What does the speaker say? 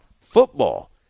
football